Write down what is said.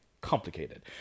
complicated